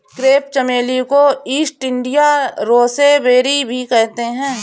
crepe चमेली को East India rosebay भी कहते हैं